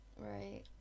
right